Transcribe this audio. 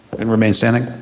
and remain standing.